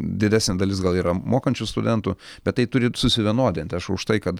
didesnė dalis gal yra mokančių studentų bet tai turi susivienodinti aš už tai kad